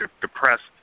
depressed